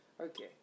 Okay